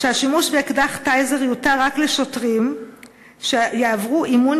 שהשימוש באקדח "טייזר" יותר רק לשוטרים שיעברו אימון